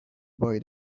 buy